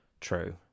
true